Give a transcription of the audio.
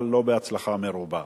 אבל לא בהצלחה מרובה.